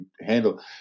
handle